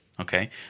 Okay